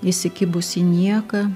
įsikibus į nieką